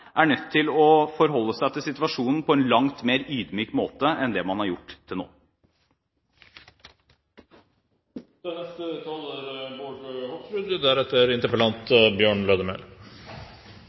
er nødt til å forholde seg til situasjonen på en langt mer ydmyk måte enn det man har gjort til nå. Dette er